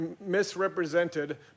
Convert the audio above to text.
misrepresented